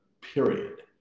period